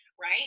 Right